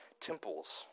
temples